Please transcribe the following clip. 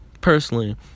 personally